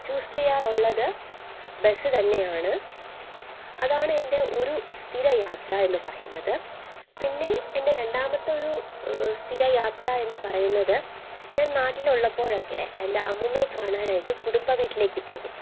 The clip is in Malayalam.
ചൂസ് ചെയ്യാറുള്ളത് ബസ് തന്നെയാണ് അതാണ് എൻ്റെ ഒരു സ്ഥിര യാത്ര എന്ന് പറയുന്നത് പിന്നെ എൻ്റെ രണ്ടാമത്തെ ഒരു സ്ഥിര യാത്ര എന്ന് പറയുന്നത് ഞാൻ നാട്ടിലുള്ളപ്പോഴൊക്കെ എൻ്റെ അമ്മുമ്മയെ കാണാനായിട്ട് കുടുംബവീട്ടിലേക്ക് പോകും